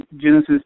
Genesis